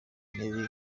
ntebe